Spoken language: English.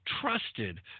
trusted